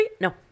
No